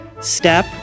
step